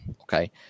Okay